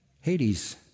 Hades